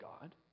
god